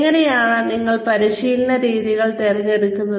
എങ്ങനെയാണ് നിങ്ങൾ പരിശീലന രീതികൾ തിരഞ്ഞെടുക്കുന്നത്